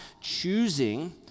choosing